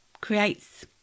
creates